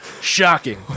Shocking